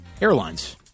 Airlines